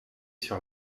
sur